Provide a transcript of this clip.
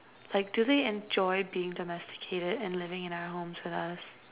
like do they enjoy being domesticated and living in our homes with us